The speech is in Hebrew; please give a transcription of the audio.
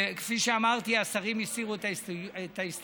כפי שאמרתי, השרים הסירו את ההסתייגויות,